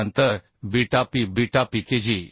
आणि नंतर beta P beta PKG